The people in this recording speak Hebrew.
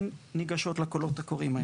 הן ניגשות לקולות הקוראים האלה.